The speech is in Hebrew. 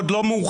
עוד לא מאוחר.